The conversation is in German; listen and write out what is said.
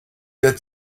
der